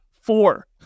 Four